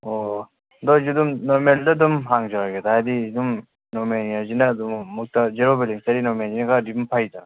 ꯑꯣ ꯑꯗꯣꯏꯁꯨ ꯑꯗꯨꯝ ꯅꯣꯔꯃꯦꯜꯗ ꯑꯗꯨꯝ ꯍꯥꯡꯖꯔꯒꯦꯗ ꯍꯥꯏꯗꯤ ꯑꯗꯨꯝ ꯅꯣꯔꯃꯦꯜ ꯍꯥꯏꯁꯤꯅ ꯑꯗꯨꯝ ꯑꯃꯨꯛꯇ ꯖꯦꯔꯣ ꯕꯦꯂꯦꯟꯁꯇꯩꯗꯤ ꯅꯣꯔꯃꯦꯜꯁꯤꯅ ꯈꯔꯗꯤ ꯑꯗꯨꯝ ꯐꯩꯗꯅ